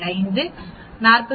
5 43